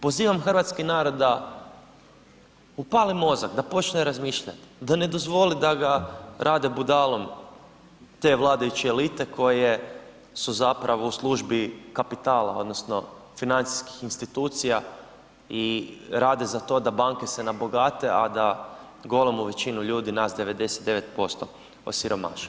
Pozivam hrvatski narod da upale mozak, da počne razmišljat, da ne dozvoli da ga rade budalom te vladajuće elite koje su zapravo u službi kapitala odnosno financijskih institucija i rade za to da banke se nabogate, a da golemu većinu ljudi nas 99% osiromaše.